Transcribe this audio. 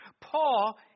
Paul